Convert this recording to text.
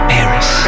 Paris